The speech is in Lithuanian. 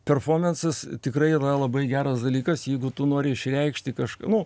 performansas tikrai yra labai geras dalykas jeigu tu nori išreikšti kažką nu